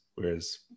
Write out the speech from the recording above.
Whereas